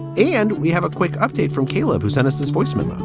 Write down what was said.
and we have a quick update from caleb who sent us this voicemail